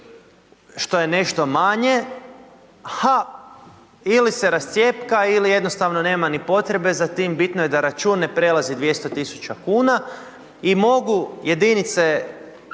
što je nešto manje, ha, ili se rascijepa ili jednostavno nema potrebe za tim, bitno je da račun ne prelazi 200 tisuća kuna i mogu jedinice